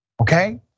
Okay